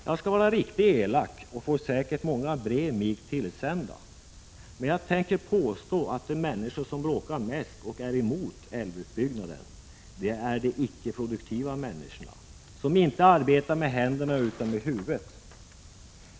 Jag ska vara riktigt elak och får säkert många brev mig tillsända, men jag tänker påstå att de människor som bråkar mest och är emot älvutbyggnad, det är de icke produktiva människor som inte arbetar med händerna utan med huvudet.